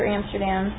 Amsterdam